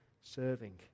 serving